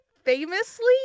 Famously